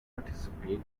participate